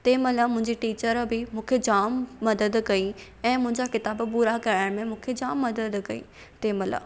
तंहिं महिल मुंहिंजी टीचर बि मूंखे जाम मदद कई ऐं मुंहिंजा किताबु पूरा कराइण में मूंखे जाम मदद कई तंहिं महिल